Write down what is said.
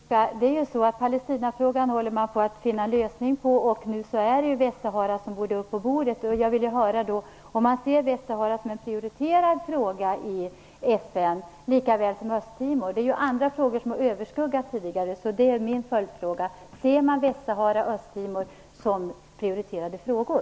Herr talman! Jag vill ställa en följdfråga. I Palestinafrågan håller man på att finna en lösning, och nu är det Västra Sahara-frågan som borde komma upp på bordet. Jag vill höra om man ser Västsahara som en prioriterad fråga i FN, lika väl som Östtimor. Det är ju andra frågor som har överskuggat tidigare. Min följdfråga är alltså: Ser man Västsahara och Östtimor som prioriterade frågor?